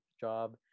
job